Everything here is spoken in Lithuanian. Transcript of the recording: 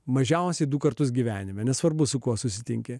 mažiausiai du kartus gyvenime nesvarbu su kuo susitinki